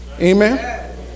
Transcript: amen